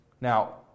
Now